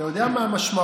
אתה יודע מה המשמעות,